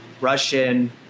Russian